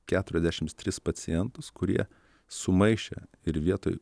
keturiasdešims tris pacientus kurie sumaišė ir vietoj